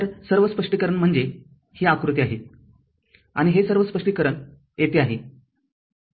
तर सर्व स्पष्टीकरण म्हणजे ही आकृती आहे आणि हे सर्व स्पष्टीकरण येथे आहे